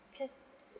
can